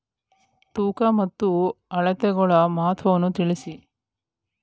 ತೂಕ ಮತ್ತು ಅಳತೆಗಳ ಮಹತ್ವವನ್ನು ತಿಳಿಸಿ?